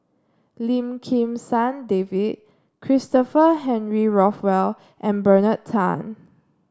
Lim Kim San David Christopher Henry Rothwell and Bernard Tan